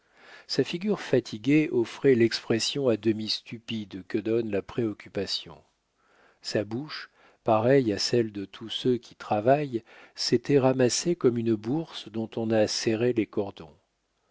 sa figure fatiguée offrait l'expression à demi stupide que donne la préoccupation sa bouche pareille à celle de tous ceux qui travaillent s'était ramassée comme une bourse dont on a serré les cordons